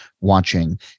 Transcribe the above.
watching